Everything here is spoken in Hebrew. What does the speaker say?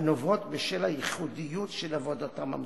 הנובעות מהייחודיות של עבודתם המסורה.